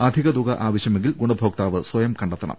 അധിക തുക ആവശ്യമെങ്കിൽ ഗുണഭോക്താവ് സ്വയം കണ്ടെത്ത ണം